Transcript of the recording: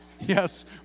Yes